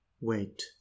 Wait